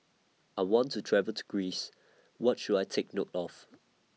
I want to travel to Greece What should I Take note of